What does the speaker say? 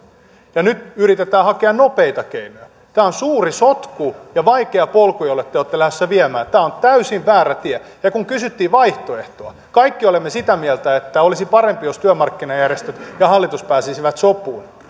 ja nyt yritetään hakea nopeita keinoja tämä on suuri sotku ja vaikea polku jolle te olette lähdössä viemään tämä on täysin väärä tie ja kun kysyttiin vaihtoehtoa kaikki olemme sitä mieltä että olisi parempi jos työmarkkinajärjestöt ja hallitus pääsisivät sopuun